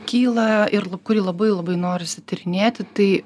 kyla ir kurį labai labai norisi tyrinėti tai